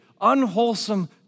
unwholesome